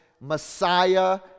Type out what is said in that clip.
Messiah